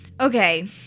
okay